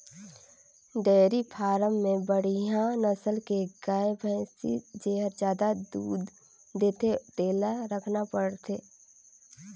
dairy farm में बड़िहा नसल के गाय, भइसी जेहर जादा दूद देथे तेला रखना परथे